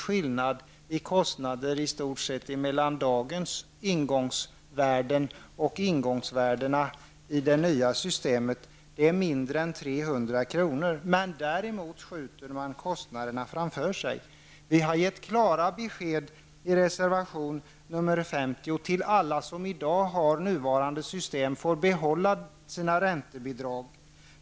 Det finns i stort sett ingen skillnad mellan de ingångsvärden som finns i dag och ingångsvärdena i det nya systemet, skillnaden är mindre än 300 kr. Däremot skjuter man kostnaderna framför sig. För det första har vi i reservation 50 gett klara besked om att alla som har räntebidrag i nuvarande system kommer att få behålla dem.